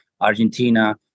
Argentina